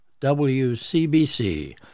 WCBC